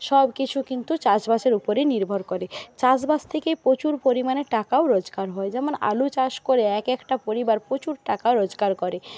সব কিছু কিন্তু চাষবাসের ওপরেই নির্ভর করে চাষবাস থেকে প্রচুর পরিমাণে টাকাও রোজগার হয় যেমন আলু চাষ করে এক একটা পরিবার প্রচুর টাকা রোজগার করে